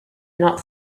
not